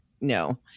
no